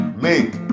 make